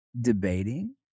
debating